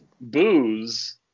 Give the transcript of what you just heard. booze